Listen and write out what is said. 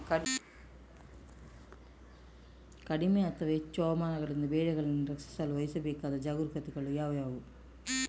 ಕಡಿಮೆ ಅಥವಾ ಹೆಚ್ಚು ಹವಾಮಾನಗಳಿಂದ ಬೆಳೆಗಳನ್ನು ರಕ್ಷಿಸಲು ವಹಿಸಬೇಕಾದ ಜಾಗರೂಕತೆಗಳು ಯಾವುವು?